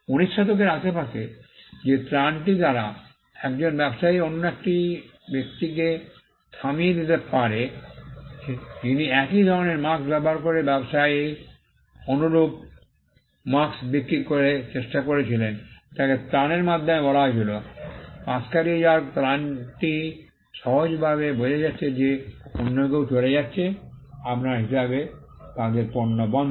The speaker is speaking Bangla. উনিশ শতকের আশেপাশে যে ত্রাণটি দ্বারা একজন ব্যবসায়ী অন্য ব্যক্তিকে থামিয়ে দিতে পারে যিনি একই ধরণের মার্ক্স্ ব্যবহার করে ব্যবসায়ীর অনুরূপ মার্ক্স্ বিক্রি করে চেষ্টা করছিলেন তাকে ত্রাণের মাধ্যমে বলা হয়েছিল পাশ কাটিয়ে যাওয়ার ত্রাণটি সহজভাবে বোঝা যাচ্ছে যে অন্য কেউ চলে যাচ্ছে আপনার হিসাবে তাদের পণ্য বন্ধ